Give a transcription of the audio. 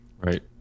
Right